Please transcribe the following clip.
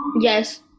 Yes